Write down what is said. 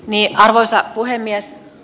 arvoisa puhemies